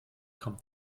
kommt